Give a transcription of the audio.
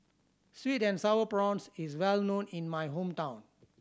sweet and Sour Prawns is well known in my hometown